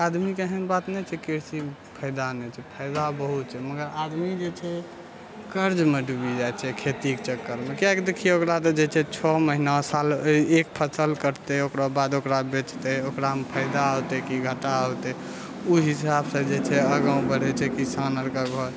आदमीके एहन बात नहि छै कृषिमे फायदा नहि छै फायदा बहुत छै मगर आदमी जे छै कर्जमे डूबी जाइत छै खेतीके चक्करमे किआकि देखिऔ एकरा तऽ जे छै छओ महिना साल एक फसल कटतै ओकरा बाद ओकरा बेचतै ओकरामे फायदा होतै कि घाटा होतै ओ हिसाबसँ जे छै आगाँ बढ़ैत छै किसान आरके घर